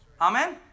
Amen